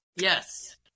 yes